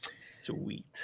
Sweet